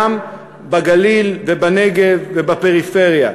גם בגליל ובנגב ובפריפריה,